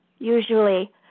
Usually